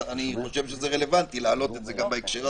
אני חושב שזה רלוונטי להעלות את זה גם בהקשר הזה.